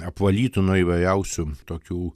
apvalytų nuo įvairiausių tokių